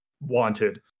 wanted